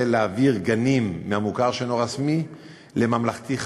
להעביר גנים מהמוכר שאינו רשמי לממלכתי-חרדי.